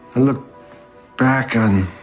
look back on